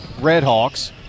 Redhawks